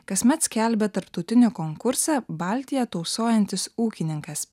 kasmet skelbia tarptautinį konkursą baltiją tausojantis ūkininkas